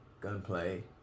Gunplay